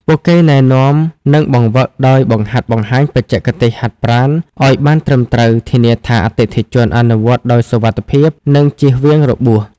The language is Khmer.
ពួកគេណែនាំ និងបង្វឹក ដោយបង្ហាត់បង្ហាញបច្ចេកទេសហាត់ប្រាណឱ្យបានត្រឹមត្រូវ ធានាថាអតិថិជនអនុវត្តន៍ដោយសុវត្ថិភាព និងជៀសវាងរបួស។